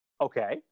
Okay